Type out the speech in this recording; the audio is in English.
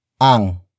ang